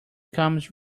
comes